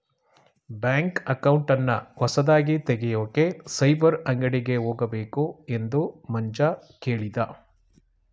bank ಅಕೌಂಟನ್ನ ಹೊಸದಾಗಿ ತೆಗೆಯೋಕೆ ಸೈಬರ್ ಅಂಗಡಿಗೆ ಹೋಗಬೇಕು ಎಂದು ಮಂಜ ಕೇಳಿದ